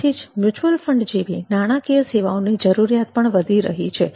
તેથી જ mutual fund જેવી નાણાકીય સેવાઓની જરૂરિયાત પણ વધી રહી છે